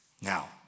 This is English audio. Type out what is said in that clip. Now